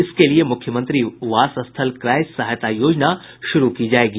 इसके लिए मुख्यमंत्री वासस्थल क्रय सहायता योजना शुरू की जायेगी